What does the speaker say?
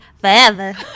forever